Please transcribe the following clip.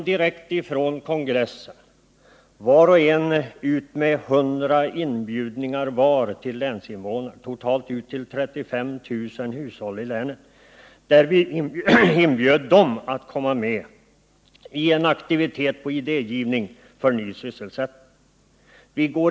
Direkt efter kongressen gick var och en ut med 100 inbjudningar till länsinvånarna, totalt till 35 000 hushåll. Invånarna i länet inbjöds att medverka i en aktivitet som gick ut på idégivning till ny sysselsättning.